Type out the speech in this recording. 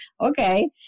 okay